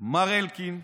מר אלקין?